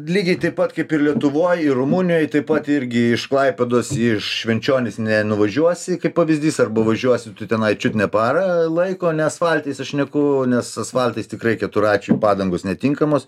lygiai taip pat kaip ir lietuvoj ir rumunijoj taip pat irgi iš klaipėdos į švenčionis nenuvažiuosi kaip pavyzdys arba važiuosi tu tenai čiut ne parą laiko ne asfaltais šneku nes asfaltais tikrai keturračių padangos netinkamos